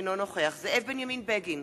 אינו נוכח זאב בנימין בגין,